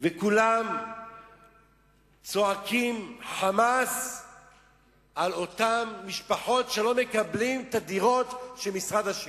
וכולם צועקים חמס על אותן משפחות שלא מקבלות את הדירות של משרד השיכון.